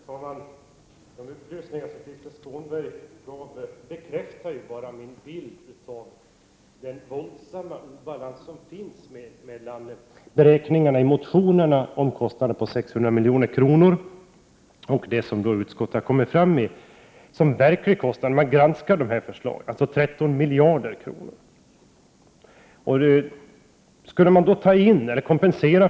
Herr talman! De upplysningar som Krister Skånberg gav bekräftar ju min bild av den våldsamma obalansen mellan beräkningarna i motionerna, kostnader på 600 milj.kr., och det som utskottet har kommit fram till som verklig kostnad. Vid granskningen har man alltså kommit fram till en kostnad på 13 miljarder kronor.